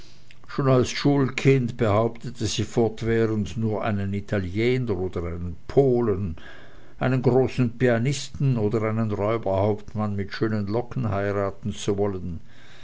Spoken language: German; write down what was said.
schon als schulkind behauptete sie fortwährend nur einen italiener oder einen polen einen großen pianisten oder einen räuberhauptmann mit schönen locken heiraten zu wollen